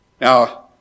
Now